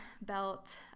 belt